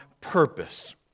purpose